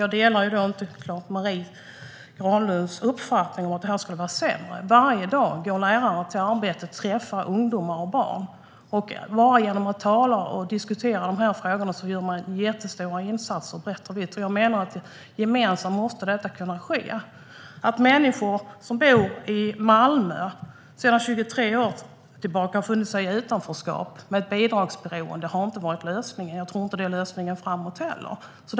Jag delar inte Marie Granlunds uppfattning om att det skulle vara sämre. Varje dag går lärare till sina arbeten och träffar ungdomar och barn. Varje gång de talar om och diskuterar dessa frågor gör de jättestora gemensamma insatser. Svar på interpellationer Det finns människor som har bott i Malmö i 23 år och som har befunnit sig i utanförskap med bidragsberoende. Det har inte varit lösningen, och jag tror inte heller att det är lösningen framåt.